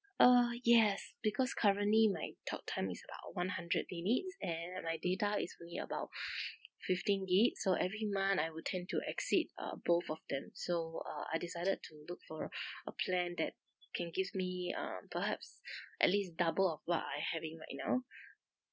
uh yes because currently my talk time is about one hundred dailies and my data is about fifteen gig so every month I would tend to exceed uh both of them so uh I decided to look for a plan that can gives me um perhaps at least double of what I having right now